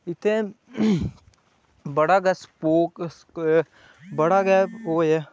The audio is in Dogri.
इत्थे बड़ा गै स्कोप बड़ा गै ओह् ऐ